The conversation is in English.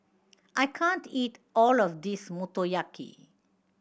I can't eat all of this Motoyaki